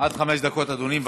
עד חמש דקות, אדוני.